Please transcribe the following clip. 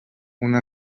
una